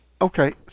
okay